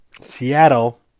Seattle